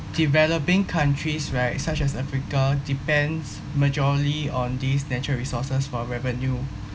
developing countries right such as africa depends majority on these natural resources for revenue